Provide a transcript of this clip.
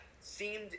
seemed